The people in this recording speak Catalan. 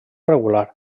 regular